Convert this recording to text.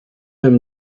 him